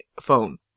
phone